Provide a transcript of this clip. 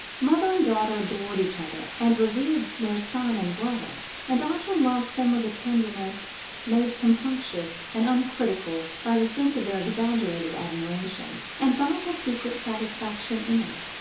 mother and daughter adored each other and revered their son and brother and archer loved them with a tenderness made compunctious and uncritical by the sense of their exaggerated admiration, and by his secret satisfaction in it.